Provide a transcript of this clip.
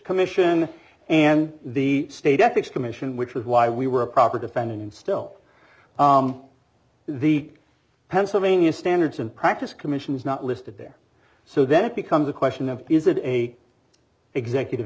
commission and the state ethics commission which was why we were a proper defendant and still the pennsylvania standards and practices commission is not listed there so then it becomes a question of is it a executive